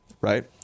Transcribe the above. right